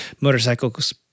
motorcycles